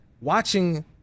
watching –